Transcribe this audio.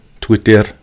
Twitter